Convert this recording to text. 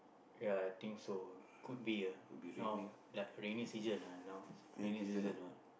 ya I think so could be ah now like rainy season ah now raining season [what]